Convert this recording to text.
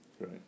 Right